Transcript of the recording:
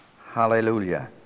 hallelujah